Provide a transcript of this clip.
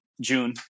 June